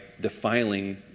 defiling